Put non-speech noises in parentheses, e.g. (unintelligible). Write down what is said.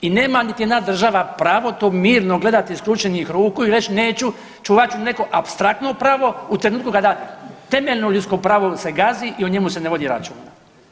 I nema niti jedna država pravo to mirno gledati ... (unintelligible) ruku i reći neću, čuvat ću neko apstraktno pravo u trenutku kada temeljno ljudsko pravo se gazi i o njemu se ne vodi račun.